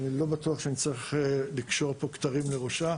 אני לא בטוח שאני צריך לקשור פה כתרים לראשה,